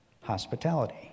hospitality